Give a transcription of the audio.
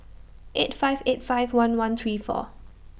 eight five eight five one one three four